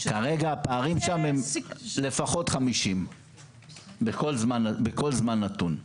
לפחות 50 בכל זמן נתון.